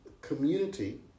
community